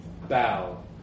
bow